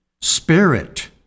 Spirit